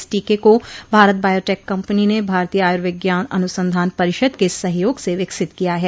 इस टीके को भारत बायोटेक कम्पनी ने भारतीय आयूर्विज्ञान अनुसंधान परिषद के सहयोग से विकसित किया है